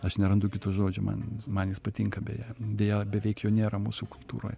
aš nerandu kito žodžio man man jis patinka beje deja beveik jo nėra mūsų kultūroj